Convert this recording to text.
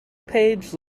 page